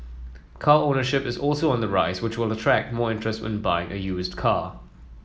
car ownership is also on the rise which will attract more interest in buying a used car